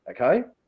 Okay